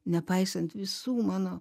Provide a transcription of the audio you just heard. nepaisant visų mano